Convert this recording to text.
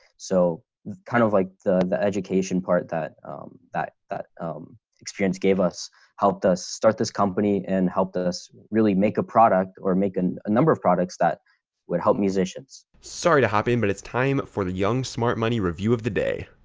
so kind of like the the education part that that that experience gave us helped us start this company and helped us really make a product or making a number of products that would help musicians. sorry to hop in, but it's time for the young smart money review of the day.